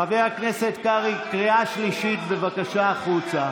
חבר הכנסת קרעי, קריאה שלישית, בבקשה, החוצה.